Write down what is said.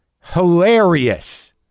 Hilarious